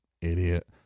idiot